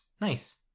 nice